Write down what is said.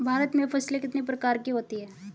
भारत में फसलें कितने प्रकार की होती हैं?